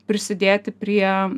prisidėti prie